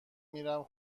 میرم